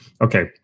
okay